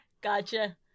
Gotcha